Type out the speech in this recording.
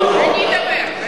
אני אדבר.